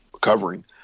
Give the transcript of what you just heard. covering